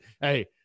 Hey